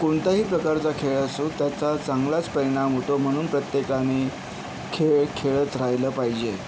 कोणताही प्रकारचा खेळ असो त्याचा चांगलाच परिणाम होतो म्हणून प्रत्येकाने खेळ खेळत राहिलं पाहिजे